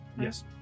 Yes